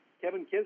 Kevin